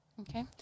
Okay